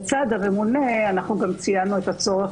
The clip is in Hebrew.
לצד הממונה ציינו את הצורך